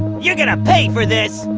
you're gonna pay for this